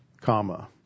comma